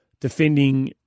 Defending